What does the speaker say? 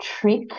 trick